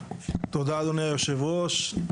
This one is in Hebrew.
תודה אדוני יושב הראש.